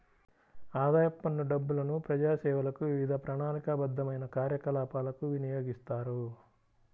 ఆదాయపు పన్ను డబ్బులను ప్రజాసేవలకు, వివిధ ప్రణాళికాబద్ధమైన కార్యకలాపాలకు వినియోగిస్తారు